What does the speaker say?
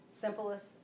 simplest